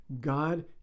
God